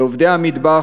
לעובדי המטבח?